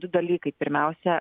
du dalykai pirmiausia